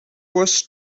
was